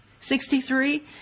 Sixty-three